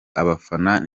abafana